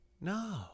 No